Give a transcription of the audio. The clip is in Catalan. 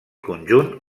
conjunt